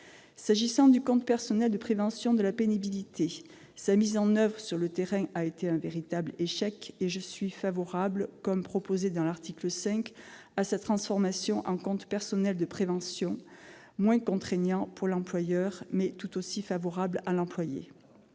S'agissant du compte personnel de prévention de la pénibilité, sa mise en oeuvre sur le terrain a été un véritable échec et je suis favorable à sa transformation, comme proposé à l'article 5, en compte personnel de prévention, moins contraignant pour l'employeur, mais tout aussi favorable à l'employé.